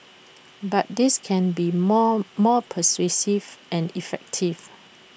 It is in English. but this can be more more pervasive and effective